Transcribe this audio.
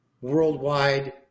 worldwide